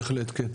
בהחלט, כן.